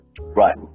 Right